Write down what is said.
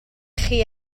chi